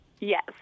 Yes